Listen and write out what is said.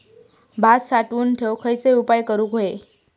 भात साठवून ठेवूक खयचे उपाय करूक व्हये?